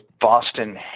Boston